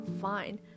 fine